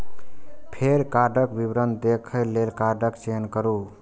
फेर कार्डक विवरण देखै लेल कार्डक चयन करू